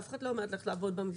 אף אחת לא אומרת לך תעבוד במפעל.